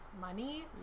money